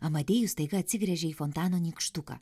amadėjus staiga atsigręžė į fontano nykštuką